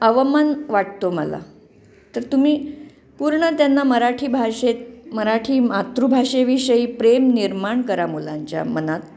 अवमान वाटतो मला तर तुम्ही पूर्ण त्यांना मराठी भाषेत मराठी मातृभाषेविषयी प्रेम निर्माण करा मुलांच्या मनात